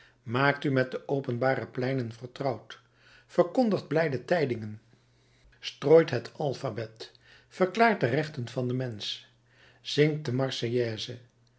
maakt u met de openbare pleinen vertrouwd verkondigt blijde tijdingen strooit het alphabet verklaart de rechten van den mensch zingt de